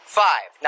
five